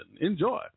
Enjoy